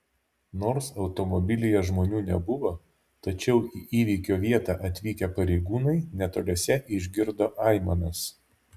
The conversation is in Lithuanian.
nors automobilyje žmonių nebuvo tačiau į įvykio vietą atvykę pareigūnai netoliese išgirdo aimanas